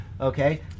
okay